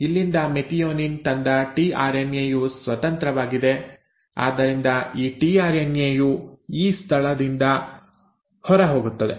ಇಲ್ಲಿಂದ ಮೆಥಿಯೋನಿನ್ ತಂದ ಟಿಆರ್ಎನ್ಎ ಯು ಸ್ವತಂತ್ರವಾಗಿದೆ ಆದ್ದರಿಂದ ಈ ಟಿಆರ್ಎನ್ಎ ಯು ಇ ಸ್ಥಳದಿಂದ ಹೊರಹೋಗುತ್ತದೆ